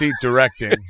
directing